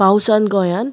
पावसांत गोंयांत